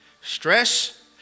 Stress